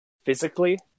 physically